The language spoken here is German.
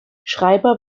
schreiber